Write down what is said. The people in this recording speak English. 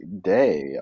day